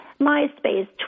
MySpace